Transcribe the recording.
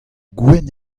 gwenn